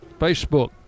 Facebook